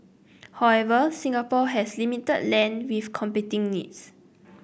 however Singapore has limited land with competing needs